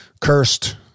cursed